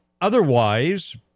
Otherwise